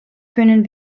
können